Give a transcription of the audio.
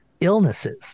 illnesses